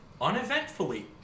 uneventfully